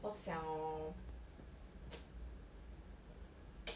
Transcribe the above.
我想哦